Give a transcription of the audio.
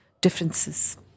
differences